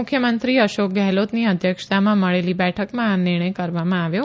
મુખ્યમંત્રી અશોક ગહેલોતની અધ્યક્ષતામાં મળેલી બેઠકમાં આ નિર્ણય કરવામાં આવ્યો